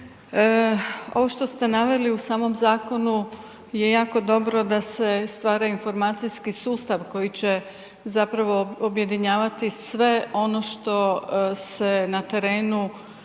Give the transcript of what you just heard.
Ovo što ste naveli u samom zakonu je jako dobro da se stvara informacijski sustav koji će objedinjavati sve ono što se na terenu